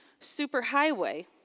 superhighway